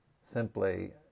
simply